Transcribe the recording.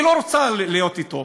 היא לא רוצה להיות אתו,